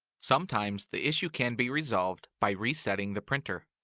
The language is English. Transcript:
sometimes the issue can be resolved by resetting the printer.